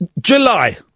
July